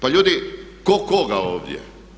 Pa ljudi tko koga ovdje?